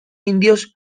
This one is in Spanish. indios